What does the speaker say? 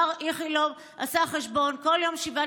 איכילוב כבר עשה חשבון: כל יום שבעה